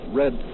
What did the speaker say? red